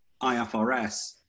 IFRS